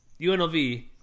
unlv